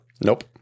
Nope